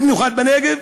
במיוחד בנגב,